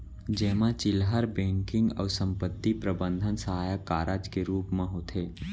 जेमा चिल्लहर बेंकिंग अउ संपत्ति प्रबंधन सहायक कारज के रूप म होथे